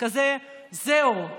שזהו,